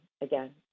again